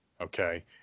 Okay